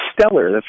stellar